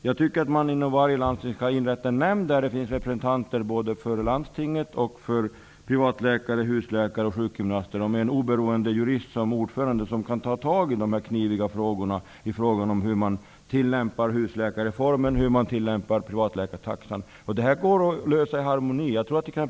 Jag tycker att man inom varje landsting skall inrätta en nämnd med representanter för landstinget, privatläkare, husläkare, sjukgymnaster och med en oberoende jurist som ordförande som kan ta tag i de kniviga frågorna om hur man skall tillämpa husläkarreformen och privatläkartaxan. Det här kan man lösa i harmoni.